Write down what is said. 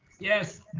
yes.